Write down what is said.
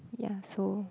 ya so